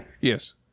Yes